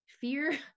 fear